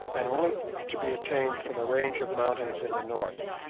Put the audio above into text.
and only to be obtained from a range of mountains in the north.